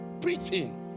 preaching